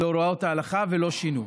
להוראות ההלכה ולא שינו.